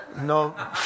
No